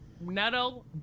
nettle